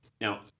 Now